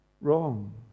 wrong